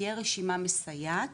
תהיה רשימה מסייעת